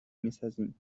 میسازیم